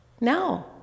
No